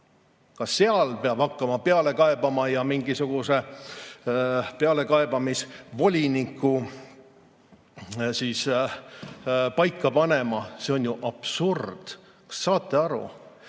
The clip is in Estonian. ka seal peab hakkama peale kaebama ja mingisuguse pealekaebamisvoliniku paika panema. See on ju absurd! Saate aru?